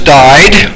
died